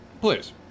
please